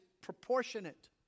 proportionate